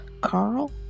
Carl